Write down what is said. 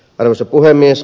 arvoisa puhemies